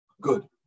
Good